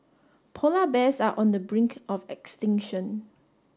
polar bears are on the brink of extinction